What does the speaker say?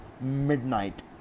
midnight